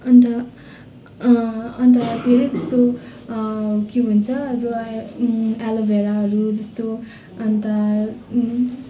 अन्त अन्त धेरै जस्तो के भन्छ एलोभेराहरू जस्तो अन्त